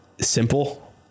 simple